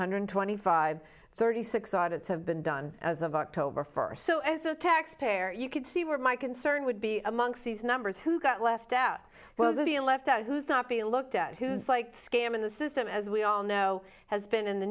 hundred twenty five thirty six audits have been done as of october first so as a taxpayer you could see where my concern would be amongst these numbers who got left out was the left out who's not being looked at who's like scamming the system as we all know has been in the